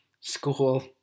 school